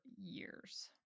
years